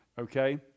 okay